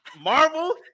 Marvel